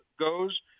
goes